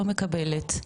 לא מקבלת,